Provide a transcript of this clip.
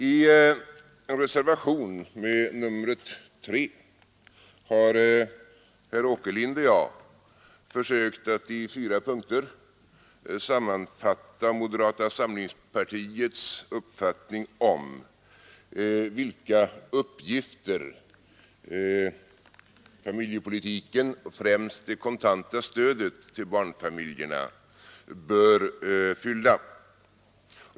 I reservationen 3 har herr Åkerlind och jag försökt att i fyra punkter sammanfatta moderata samlingspartiets uppfattning om vilka uppgifter familjepolitiken, främst det kontanta stödet till barnfamiljerna, bör fylla.